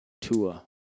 Tua